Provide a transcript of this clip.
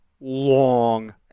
long